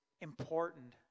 important